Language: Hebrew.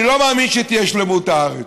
אני לא מאמין שתהיה שלמות הארץ,